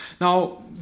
Now